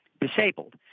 disabled